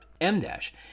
M-Dash